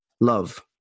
love